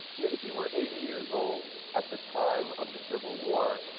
you know if you were eighty years old at the time of the civil war,